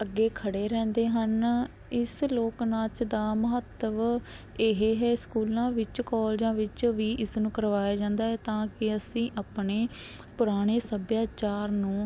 ਅੱਗੇ ਖੜ੍ਹੇ ਰਹਿੰਦੇ ਹਨ ਇਸ ਲੋਕ ਨਾਚ ਦਾ ਮਹੱਤਵ ਇਹ ਹੈ ਸਕੂਲਾਂ ਵਿੱਚ ਕਾਲਜਾਂ ਵਿੱਚ ਵੀ ਇਸ ਨੂੰ ਕਰਵਾਇਆ ਜਾਂਦਾ ਹੈ ਤਾਂ ਕਿ ਅਸੀਂ ਆਪਣੇ ਪੁਰਾਣੇ ਸੱਭਿਆਚਾਰ ਨੂੰ